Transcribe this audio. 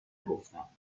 نگفتم